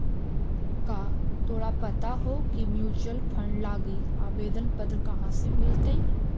का तोरा पता हो की म्यूचूअल फंड लागी आवेदन पत्र कहाँ से मिलतई?